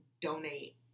donate